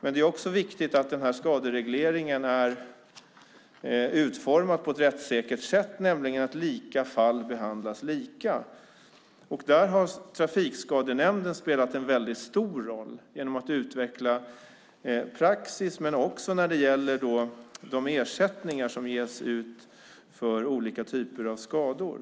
Det är också viktigt att skaderegleringen är utformad på ett rättssäkert sätt, att lika fall behandlas lika. Där har Trafikskadenämnden spelat en väldigt stor roll genom att utveckla praxis men också när det gäller de ersättningar som betalas ut för olika typer av skador.